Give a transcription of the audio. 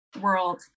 world